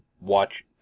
watch